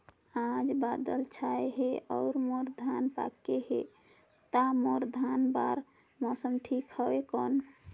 आज बादल छाय हे अउर मोर धान पके हे ता मोर धान बार मौसम ठीक हवय कौन?